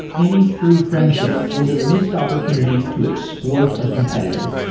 any true friendship was a missed opportunity to exploit a competitor.